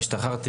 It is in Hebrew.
השתחררתי,